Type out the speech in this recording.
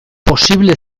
posible